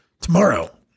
tomorrow